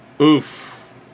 Oof